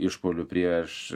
išpuolių prieš